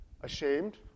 Ashamed